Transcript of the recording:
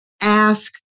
ask